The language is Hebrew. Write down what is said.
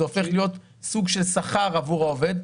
זה הופך להיות סוג של שכר עבור העובד.